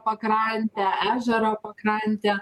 pakrantė ežero pakrantė